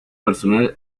personal